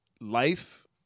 Life